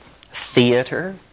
theater